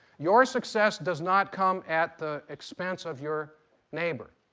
your success does not come at the expense of your neighbor.